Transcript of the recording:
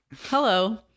Hello